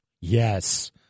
Yes